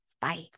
Bye